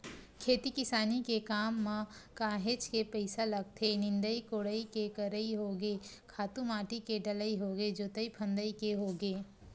खेती किसानी के काम म काहेच के पइसा लगथे निंदई कोड़ई के करई होगे खातू माटी के डलई होगे जोतई फंदई के होगे